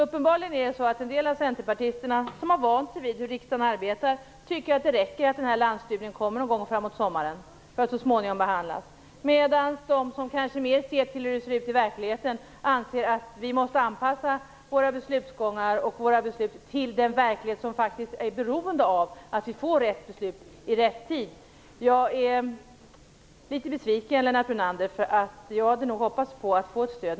Uppenbarligen tycker en del av centerpartisterna, som vant sig vid hur riksdagen arbetar, att det räcker med att landsstudien kommer någon gång fram mot sommaren, för att så småningom behandlas. De däremot som kanske mer ser till hur det ser ut i verkligheten anser att vi måste anpassa våra beslut till den verklighet som är beroende av att vi får rätt beslut i rätt tid. Jag är litet besviken, Lennart Brunander. Jag hade nog hoppats på att få stöd.